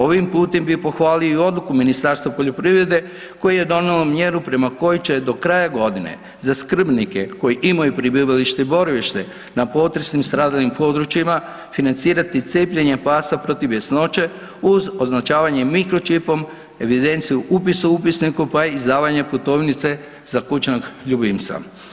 Ovim putem bi pohvalio i odluku Ministarstva poljoprivrede koje je donijelo mjeru prema kojoj će do kraja godine za skrbnike koji imaju prebivalište i boravište na potresom stradalim područjima financirati cijepljenje pasa protiv bjesnoće uz označavanje mikročipom, evidenciju upisa u upisniku, pa izdavanje putovnice za kućnog ljubimca.